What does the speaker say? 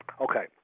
Okay